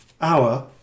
hour